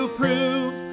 prove